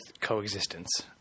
coexistence